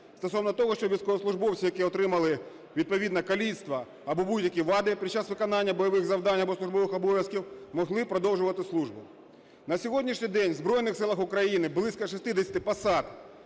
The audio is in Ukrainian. стосовно того, що військовослужбовці, які отримали відповідно каліцтво, або будь-які вади під час виконання бойових завдань, або службових обов'язків могли продовжувати службу. На сьогоднішній день у Збройних Силах України близько 60 посад,